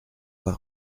pas